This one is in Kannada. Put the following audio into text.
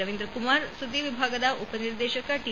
ರವೀಂದ್ರ ಕುಮಾರ್ ಸುದ್ದಿ ವಿಭಾಗದ ಉಪ ನಿರ್ದೇಶಕ ಟಿ